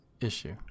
issue